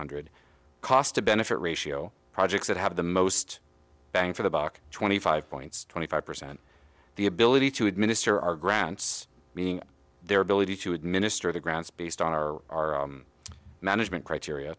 hundred cost to benefit ratio projects that have the most bang for the buck twenty five points twenty five percent the ability to administer our grants meaning their ability to administer the grants based on our management criteria